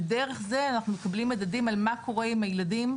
דרך זה אנחנו מקבלים מדדים על מה קורה עם הילדים,